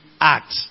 act